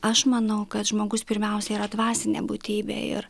aš manau kad žmogus pirmiausia yra dvasinė būtybė ir